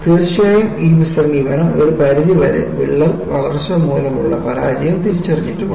തീർച്ചയായും ഈ സമീപനം ഒരു പരിധിവരെ വിള്ളൽ വളർച്ച മൂലമുള്ള പരാജയം തിരിച്ചറിഞ്ഞിട്ടുണ്ട്